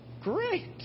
great